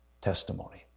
testimony